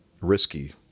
risky